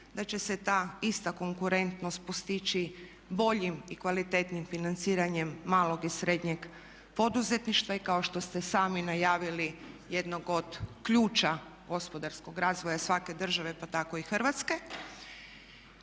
da će se ta ista konkurentnost postići boljim i kvalitetnijim financiranjem malog i srednjeg poduzetništva i kao što ste sami najavili jednog od ključa gospodarskog razvoja svake države pa tako i Hrvatske.